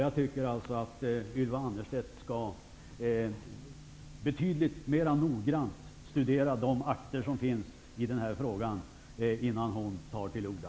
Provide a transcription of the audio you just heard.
Jag tycker att Ylva Annerstedt skall noggrannare studera de akter som finns i denna fråga innan hon tar till orda.